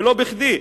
ולא בכדי.